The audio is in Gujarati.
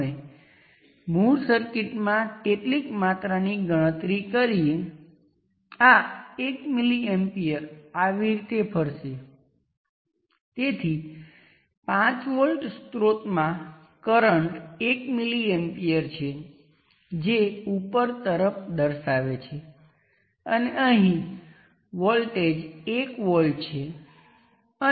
હવે એ જ સર્કિટ n ને તેના થેવેનિનની ઇક્વિવેલન્ટ V થી રજૂ કરી શકાય છે Rth અથવા નોર્ટન ઇક્વિવેલન્ટ સાથે સિરિઝ છે જે RN સાથે પેરેલલ છે અલબત્ત RN Rth ની બરાબર છે